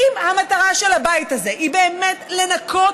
אם המטרה של הבית הזה היא באמת לנקות